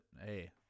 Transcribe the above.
hey